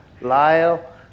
Lyle